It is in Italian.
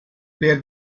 per